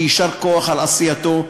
ויישר כוח על עשייתו,